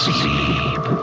Sleep